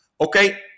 Okay